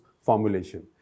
formulation